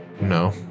No